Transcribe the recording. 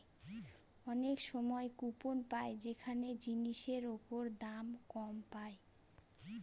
অনেক সময় কুপন পাই যেখানে জিনিসের ওপর দাম কম পায়